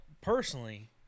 personally